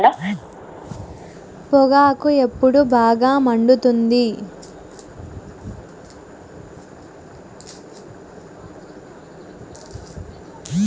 పొగాకు ఎప్పుడు బాగా పండుతుంది?